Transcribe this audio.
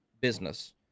business